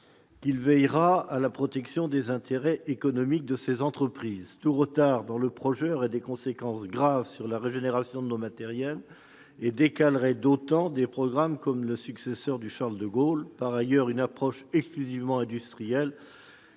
qu'il veillera à la protection des intérêts économiques des entreprises nationales. Tout retard dans le projet aurait des conséquences graves sur la régénération de nos matériels et décalerait d'autant certains programmes comme le porte-avions qui succédera au. Par ailleurs, une approche exclusivement industrielle